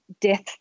death